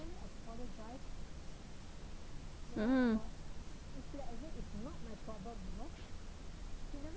mmhmm